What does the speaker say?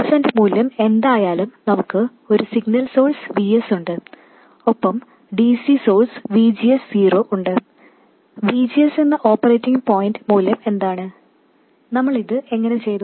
quiescent മൂല്യം എന്തായാലും നമുക്ക് ഒരു സിഗ്നൽ സോഴ്സ് Vs ഉണ്ട് ഒപ്പം dc സോഴ്സ് VGS0 ഉണ്ട് VGS എന്ന ഓപ്പറേറ്റിങ് പോയിന്റ് മൂല്യം എന്താണ് നമ്മൾ ഇത് എങ്ങനെ ചെയ്തു